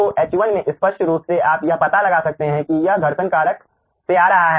तो H1 में स्पष्ट रूप से आप यह पता लगा सकते हैं कि यह घर्षण कारक से आ रहा है